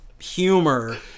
Humor